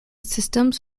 systems